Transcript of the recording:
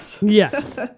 Yes